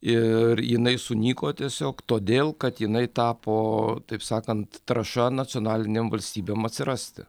ir jinai sunyko tiesiog todėl kad jinai tapo taip sakant trąša nacionalinėm valstybėm atsirasti